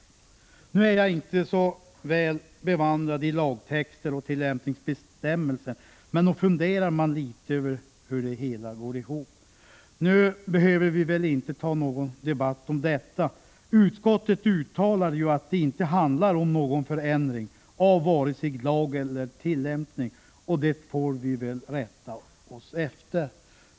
Jag är inte så väl bevandrad i lagtexter och tillämpningsbestämmelser, men nog kan man fundera litet över hur det hela går ihop. Vi behöver väl inte nu föra någon debatt om detta. Utskottet uttalar ju att det inte handlar om någon förändring av vare sig lag eller tillämpning, och det får vi rätta oss efter.